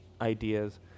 ideas